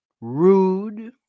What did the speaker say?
rude